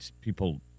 people